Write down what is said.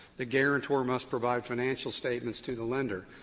the guarantor must provide financial statements to the lender.